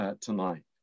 Tonight